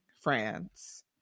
France